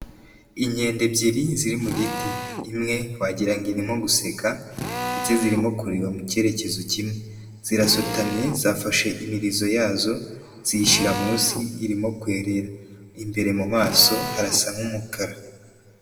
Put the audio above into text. Inkende ebyiri ziri mu giti, imwe wagira ngo irimo guseka ndetse zirimo kureba mu cyerekezo kimwe, zirasutamye zafashe imirizo yazo ziyishyira munsi irimo kwerera, imbere mu maso harasa nk'umukara.